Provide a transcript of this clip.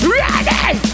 Ready